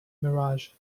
mirage